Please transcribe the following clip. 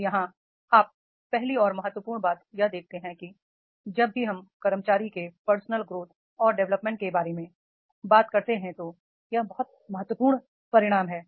अब यहां आप पहली और महत्वपूर्ण बात यह देखते हैं कि जब भी हम कर्मचारी के पर्सनल ग्रोथ और डेवलपमेंट के बारे में बात करते हैं तो यह बहुत महत्वपूर्ण परिणाम है